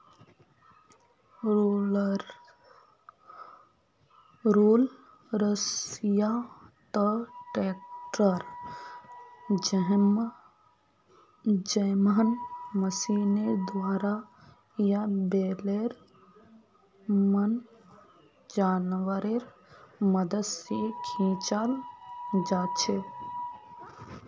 rollers या त tractor जैमहँ मशीनेर द्वारा या बैलेर मन जानवरेर मदद से खींचाल जाछे